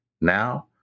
Now